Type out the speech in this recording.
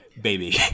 baby